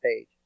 page